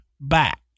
back